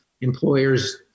employers